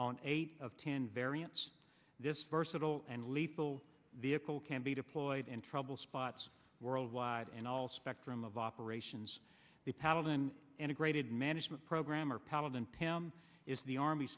on eight of ten variants this versatile and lethal vehicle can be deployed in trouble spots worldwide and all spectrum of operations the paladin integrated management program or paladin pym is the army